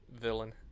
villain